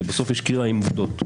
כי בסוף יש קריאה עם עובדות.